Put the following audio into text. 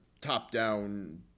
top-down